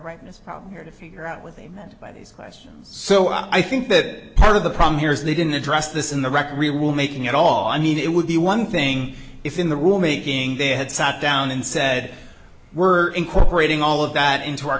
brightness problem here to figure out what they meant by these questions so i think that part of the problem here is they didn't address this in the record we will making at all i mean it would be one thing if in the wool making they had sat down and said we're incorporating all of that into our